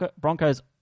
Broncos